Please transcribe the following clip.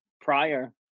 prior